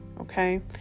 Okay